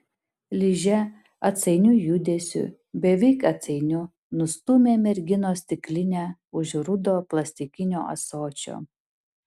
ližė atsainiu judesiu beveik atsainiu nustūmė merginos stiklinę už rudo plastikinio ąsočio